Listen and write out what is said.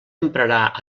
emprarà